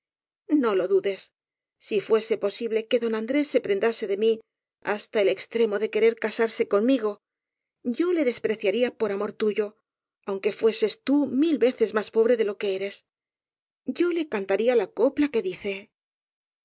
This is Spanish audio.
no lo dudes si fuese posible que don andrés se prenda se de mí hasta el extremo de querer casarse con migo yo le despreciaría por amor tuyo aunque fueses tú mil veces más pobre de lo que eres yo le cantaría la copla que dice